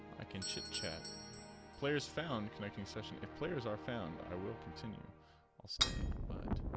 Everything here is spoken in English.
aiken chitchat players found taking session players are found i will continue will stay but